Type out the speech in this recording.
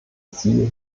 ziel